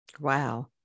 Wow